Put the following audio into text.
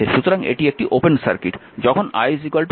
সুতরাং এটি একটি ওপেন সার্কিট যখন i 0